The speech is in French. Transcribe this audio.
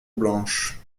blanche